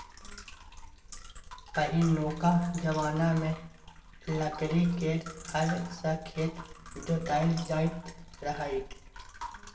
पहिनुका जमाना मे लकड़ी केर हर सँ खेत जोताएल जाइत रहय